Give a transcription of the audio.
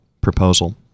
proposal